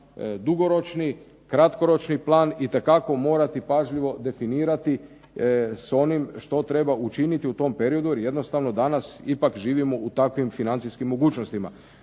dugoročni, kratkoročni plan itekako morati pažljivo definirati s onim što treba učiniti u tom periodu, jer jednostavno danas ipak živimo u takvim financijskim mogućnostima.